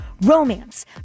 romance